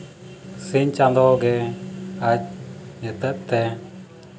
ᱥᱤᱧ ᱪᱟᱸᱫᱳ ᱜᱮ ᱟᱡ ᱧᱩᱛᱟᱹᱛ ᱛᱮ